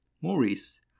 Maurice